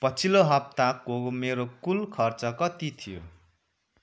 पछिल्लो हप्ताको मेरो कुल खर्च कति थियो